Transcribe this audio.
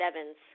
Evans